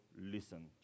listen